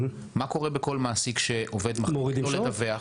מה קורה בכל מעסיק שעובד לא מדווח?